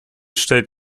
stellt